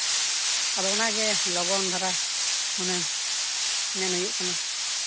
ᱟᱫᱚ ᱚᱱᱟᱜᱮ ᱞᱚᱜᱚᱱ ᱫᱷᱟᱨᱟ ᱦᱩᱱᱟᱹᱝ ᱢᱮᱱ ᱦᱩᱭᱩᱜ ᱠᱟᱱᱟ